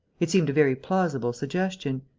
it seemed a very plausible suggestion.